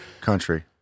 country